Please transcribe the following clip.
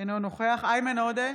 אינו נוכח איימן עודה?